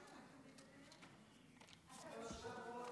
של יושב-ראש ועדת החוקה כלפי חברי הכנסת